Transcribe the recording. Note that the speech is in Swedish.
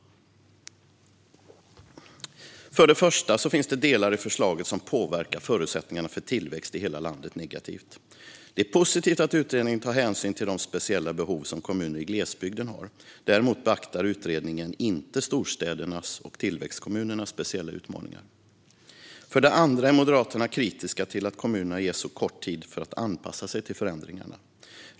För det första finns det delar i förslaget som påverkar förutsättningarna för tillväxt i hela landet negativt. Det är positivt att utredningen tar hänsyn till de speciella behov som kommuner i glesbygden har. Däremot beaktar utredningen inte storstädernas och tillväxtkommunernas speciella utmaningar. För det andra är Moderaterna kritiska till att kommunerna ges så kort tid för att anpassa sig till förändringarna.